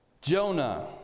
Jonah